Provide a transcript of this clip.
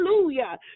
Hallelujah